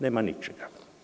Nema ničega.